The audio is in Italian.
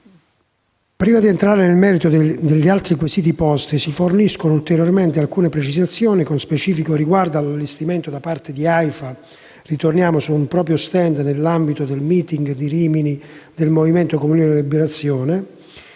prima di entrare nel merito degli altri quesiti posti, si forniscono alcune precisazioni con specifico riguardo all'allestimento, da parte di AIFA, di un proprio *stand* nell'ambito del Meeting di Rimini del movimento Comunione e Liberazione.